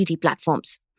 platforms